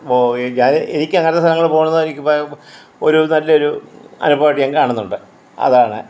അപ്പോൾ എനിക്ക് അങ്ങനത്തെ സ്ഥലങ്ങള് പോകുന്നത് ഒരു നല്ലൊരു അനുഭവമായിട്ട് ഞാൻ കാണുന്നുണ്ട് അതാണ്